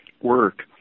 work